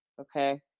okay